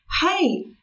hey